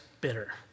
bitter